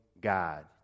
God